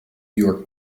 york